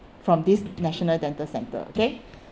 from this national dental centre okay